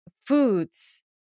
foods